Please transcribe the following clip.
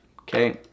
Okay